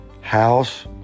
house